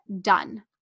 done